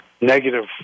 negative